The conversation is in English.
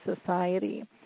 society